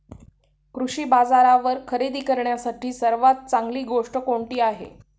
कृषी बाजारावर खरेदी करण्यासाठी सर्वात चांगली गोष्ट कोणती आहे?